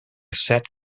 set